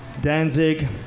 Danzig